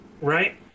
Right